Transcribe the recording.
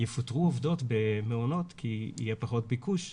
יפוטרו עובדות במעונות כי יהיה פחות ביקוש,